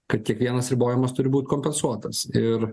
kad kiekvienas ribojimas turi būt kompensuotas ir